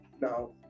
Now